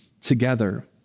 together